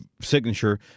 signature